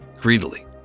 greedily